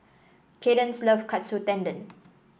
Kadence love Katsu Tendon